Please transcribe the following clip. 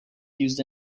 used